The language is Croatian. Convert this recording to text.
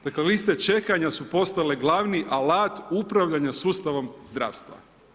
Dakle liste čekanja su postale glavni alat upravljanja sustavom zdravstva.